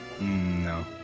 No